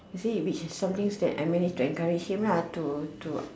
you say which is something which I managed to encourage him lah to to